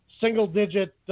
single-digit